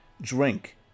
drink